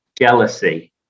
jealousy